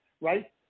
right